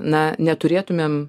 na neturėtumėm